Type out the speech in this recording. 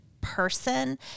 person